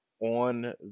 on